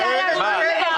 אני רוצה להשלים את דבריי.